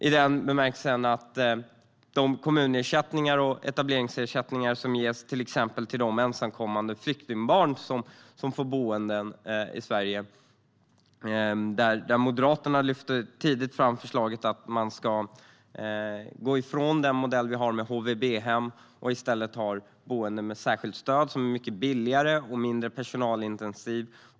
Vad gäller till exempel de kommunersättningar och etableringsersättningar som ges för ensamkommande flyktingbarn som får boende i Sverige lyfte Moderaterna tidigt fram förslaget att gå ifrån modellen med HVB-hem och i stället ha boende med särskilt stöd, som är mycket billigare och mindre personalintensivt.